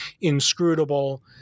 inscrutable